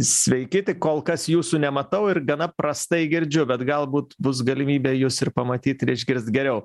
sveiki tik kol kas jūsų nematau ir gana prastai girdžiu bet galbūt bus galimybė jus ir pamatyt ir išgirst geriau